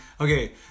okay